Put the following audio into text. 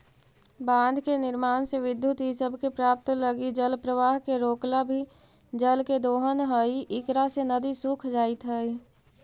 बाँध के निर्माण से विद्युत इ सब के प्राप्त लगी जलप्रवाह के रोकला भी जल के दोहन हई इकरा से नदि सूख जाइत हई